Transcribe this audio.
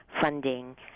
funding